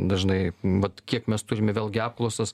dažnai vat kiek mes turime vėlgi apklausas